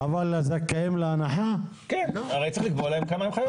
הרי לזכאים להנחה צריך לקבוע כמה הם חייבים.